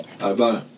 Bye-bye